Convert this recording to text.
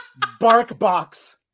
BarkBox